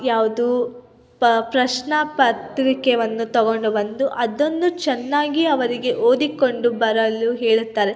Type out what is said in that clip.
ಯಾವುದು ಪ್ರಶ್ನೆ ಪತ್ರಿಕೆಯನ್ನು ತಗೊಂಡು ಬಂದು ಅದನ್ನು ಚೆನ್ನಾಗಿ ಅವರಿಗೆ ಓದಿಕೊಂಡು ಬರಲು ಹೇಳುತ್ತಾರೆ